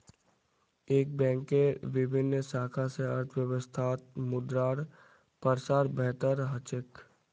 एक बैंकेर विभिन्न शाखा स अर्थव्यवस्थात मुद्रार प्रसार बेहतर ह छेक